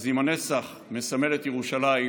אם הנצח מסמל את ירושלים,